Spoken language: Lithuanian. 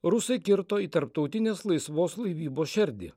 rusai kirto į tarptautinės laisvos laivybos šerdį